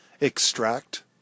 extract